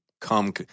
come